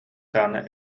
даҕаны